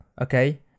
okay